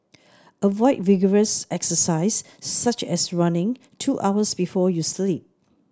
avoid vigorous exercise such as running two hours before you sleep